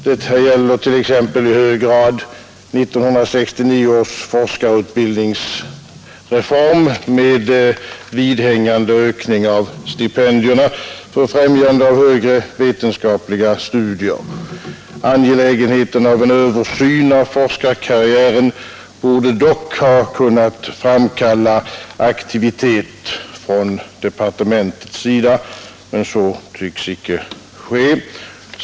Detta gäller t.ex. i hög grad 1969 års forskarutbildningsreform med vidhängande ökning av stipendierna för främjande av högre vetenskapliga studier. Angelägenheten av en översyn av forskarkarriären borde dock ha kunnat framkalla aktivitet från departementets sida, men så tycks icke ske.